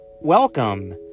Welcome